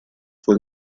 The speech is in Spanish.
fue